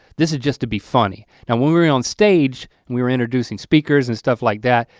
this is just to be funny. and we were on stage, we were introducing speakers and stuff like that.